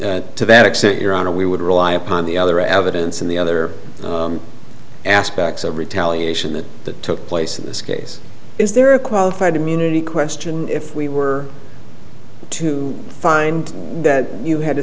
well to that extent your honor we would rely upon the other evidence in the other aspects of retaliation that took place in this case is there a qualified immunity question if we were to find that you had